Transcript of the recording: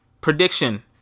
prediction